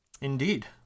Indeed